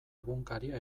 egunkaria